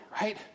right